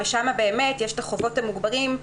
ושם באמת יש חובות מוגברים.